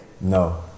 No